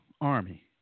army